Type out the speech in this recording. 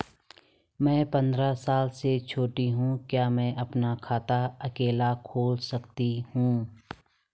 मैं पंद्रह साल से छोटी हूँ क्या मैं अपना खाता अकेला खोल सकती हूँ?